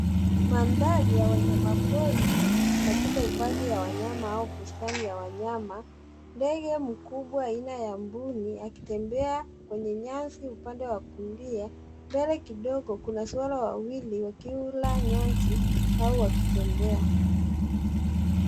Mandhari ya wanyamapori katika hifadhi ya wanyama au bustani ya wanyama ndege mkubwa aina ya mbuni akitembea kwenye nyasi upande wa kulia. Mbele kidogo kuna swara wawili wakila nyasi au wakitemebea.